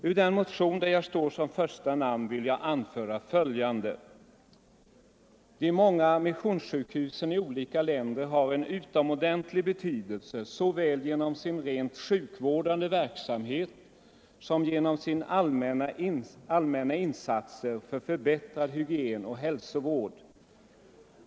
Ur den motionen, där jag står som första namn, vill jag anföra följande: ”De många missionssjukhusen i olika länder har en utomordentlig betydelse såväl genom sin rent sjukvårdande verksamhet som genom sina allmänna insatser för förbättrad hygien och hälsovård.